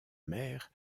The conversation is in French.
mère